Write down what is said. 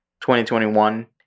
2021